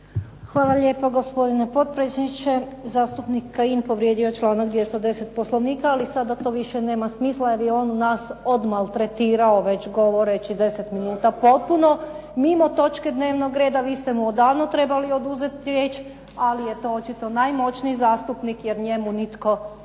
Hvala lijepo, gospodine potpredsjedniče. Zastupnik Kajin povrijedio je članak 210. Poslovnika, ali sada to više nema smisla, jer je on nas odmaltretirao već govoreći deset minuta potpuno mimo točke dnevnog reda. Vi ste mu odavno trebali oduzet riječ, ali je to očito najmoćniji zastupnik jer njemu nitko ništa